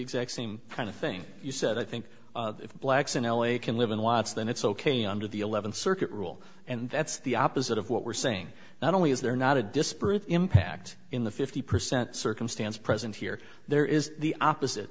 exact same kind of thing you said i think blacks in l a can live in watts then it's ok under the eleventh circuit rule and that's the opposite of what we're saying not only is there not a disparate impact in the fifty percent circumstance present here there is the opposite